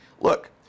Look